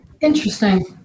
Interesting